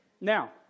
Now